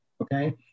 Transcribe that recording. okay